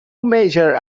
major